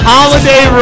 Holiday